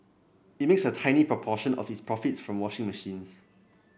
it makes a tiny proportion of its profits from washing machines